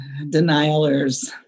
Denialers